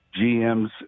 GMs